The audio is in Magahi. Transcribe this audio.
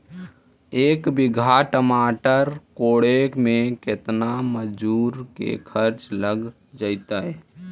एक बिघा टमाटर कोड़े मे केतना मजुर के खर्चा लग जितै?